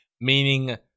meaning